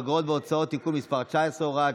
אגרות והוצאות (תיקון מס' 19) (הוראת